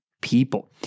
people